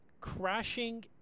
crashing